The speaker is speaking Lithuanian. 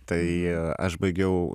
tai aš baigiau